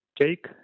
Jake